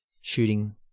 shooting